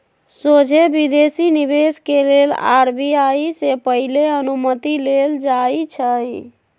सोझे विदेशी निवेश के लेल आर.बी.आई से पहिले अनुमति लेल जाइ छइ